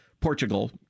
Portugal